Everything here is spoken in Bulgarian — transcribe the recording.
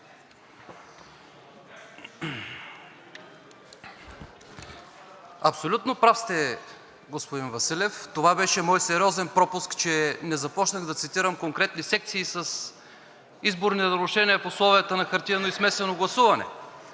Абсолютно прав сте, господин Василев. Това беше мой сериозен пропуск, че не започнах да цитирам конкретни секции с изборни нарушения в условията на хартиено и смесено гласуване,